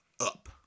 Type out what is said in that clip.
up